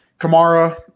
Kamara